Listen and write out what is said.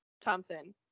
Thompson